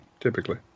typically